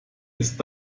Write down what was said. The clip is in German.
ist